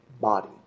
body